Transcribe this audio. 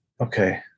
Okay